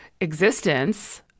existence